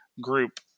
group